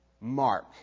Mark